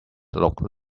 looked